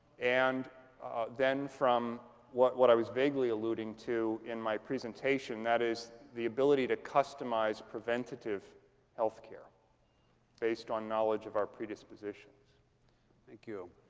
and then from what what i was vaguely alluding to in my presentation, that is the ability to customize preventative health care based on knowledge of our predispositions. vest thank you.